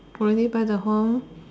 already buy the home